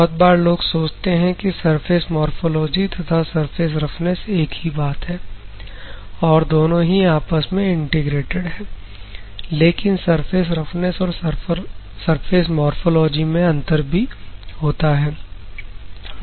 बहुत बार लोग सोचते हैं कि सरफेस मोरफ़ोलॉजी तथा सरफेस रफनेस एक ही बात है और दोनों ही आपस में इंटीग्रेटेड है लेकिन सर्फेस रफनेस और सरफेस मोरफ़ोलॉजी में अंतर भी होता है